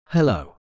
Hello